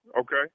Okay